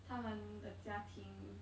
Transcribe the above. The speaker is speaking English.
他们的家庭